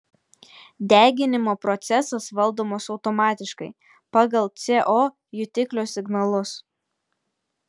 deginimo procesas valdomas automatiškai pagal co jutiklio signalus